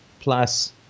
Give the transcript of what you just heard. plus